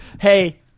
hey